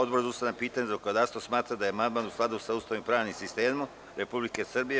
Odbora za ustavna pitanja i zakonodavstvo smatra da je amandman u skladu sa Ustavom i pravnim sistemom Republike Srbije.